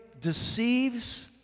deceives